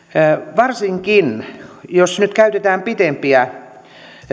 varsinkin jos nyt käytetään pitempiä